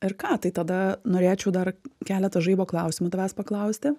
ir ką tai tada norėčiau dar keletą žaibo klausimų tavęs paklausti